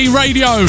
radio